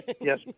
yes